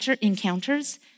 encounters